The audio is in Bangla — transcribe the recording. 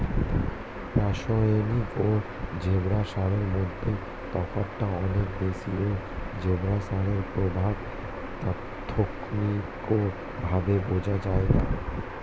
রাসায়নিক ও জৈব সারের মধ্যে তফাৎটা অনেক বেশি ও জৈব সারের প্রভাব তাৎক্ষণিকভাবে বোঝা যায়না